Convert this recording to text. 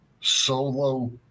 solo